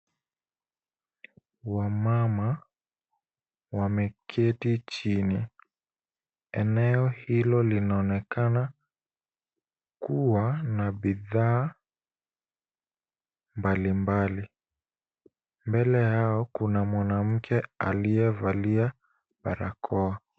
Wamama wameketi chini. Eneo hilo linaonekana kuwa na bidhaa mbalimbali. Mbele yao kuna mwanamke aliyevalia barakoa.